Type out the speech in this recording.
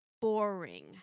Boring